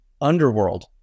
underworld